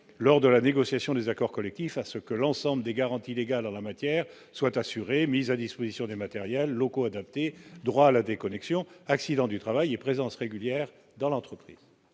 lors de la négociation des accords collectifs à ce que l'ensemble des garanties légales en la matière soit assurée, mise à disposition des matériels locaux adaptés, droit à la déconnexion accidents du travail et présence régulière dans l'entreprise.